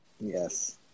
Yes